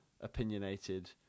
opinionated